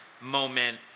moment